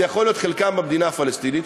זה יכול להיות חלקם במדינה הפלסטינית,